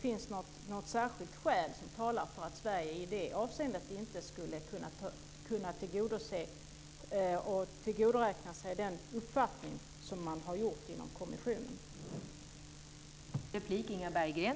Finns det något särskilt skäl som talar för att Sverige i det avseendet inte skulle kunna ha samma uppfattning som man har inom kommissionen?